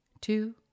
two